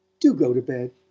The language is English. do go to bed.